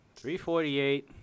348